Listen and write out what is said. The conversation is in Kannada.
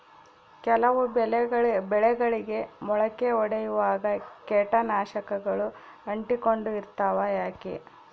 ಕೆಲವು ಬೆಳೆಗಳಿಗೆ ಮೊಳಕೆ ಒಡಿಯುವಾಗ ಕೇಟನಾಶಕಗಳು ಅಂಟಿಕೊಂಡು ಇರ್ತವ ಯಾಕೆ?